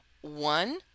one